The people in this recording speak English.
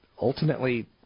ultimately